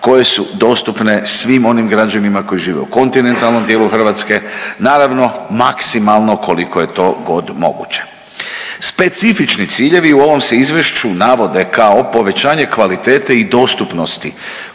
koje su dostupne svim onim građanima koji žive u kontinentalnom dijelu Hrvatske. Naravno maksimalno koliko je to god moguće. Specifični ciljevi u ovom se izvješću navode kao povećanje kvalitete i dostupnosti